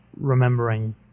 remembering